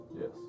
Yes